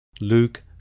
Luke